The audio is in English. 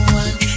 one